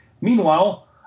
Meanwhile